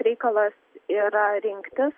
reikalas yra rinktis